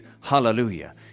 Hallelujah